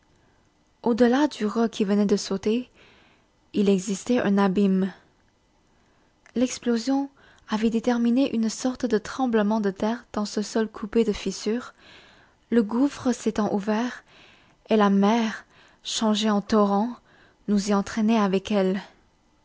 delà du roc qui venait de sauter il existait un abîme l'explosion avait déterminé une sorte de tremblement de terre dans ce sol coupé de fissures le gouffre s'était ouvert et la mer changée en torrent nous y entraînait avec elle